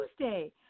Tuesday